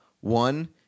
One